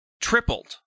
tripled